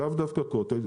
לאו דווקא קוטג'.